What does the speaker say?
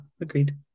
agreed